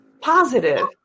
positive